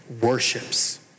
worships